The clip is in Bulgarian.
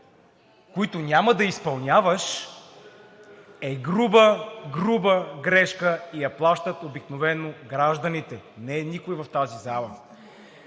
които няма да изпълняваш, е груба, груба грешка и я плащат обикновено гражданите, а не някой в тази зала.